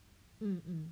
mm mm